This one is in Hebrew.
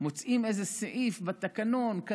מוצאות איזה סעיף בתקנון,